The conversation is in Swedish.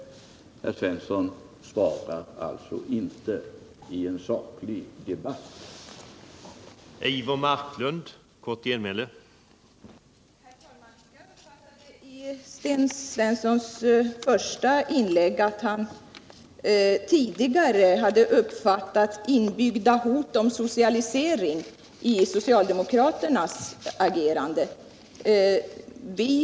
Men herr Svensson svarar alltså inte i en saklig debatt på den fråga det gäller.